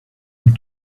and